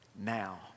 now